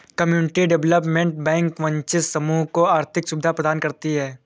community development bank वंचित समूह को आर्थिक सुविधा प्रदान करती है